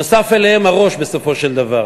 בנוסף עליהם, הרא"ש, בסופו של דבר,